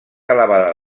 elevada